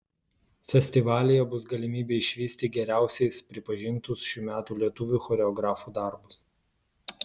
festivalyje bus galimybė išvysti geriausiais pripažintus šių metų lietuvių choreografų darbus